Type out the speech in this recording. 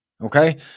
Okay